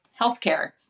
healthcare